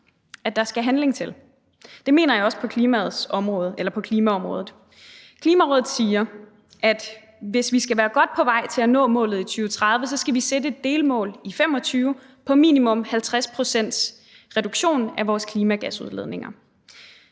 at der skal handling til. Det mener jeg også gælder klimaområdet. Klimarådet siger, at hvis vi skal være godt på vej til at nå målet i 2030, skal vi sætte et delmål i 2025 på minimum 50 pct.s reduktion af vores klimagasudledninger.